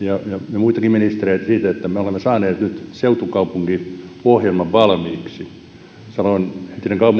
muitakin ministereitä siitä että me olemme saaneet nyt seutukaupunkiohjelman valmiiksi samoin entinen kaupunginjohtaja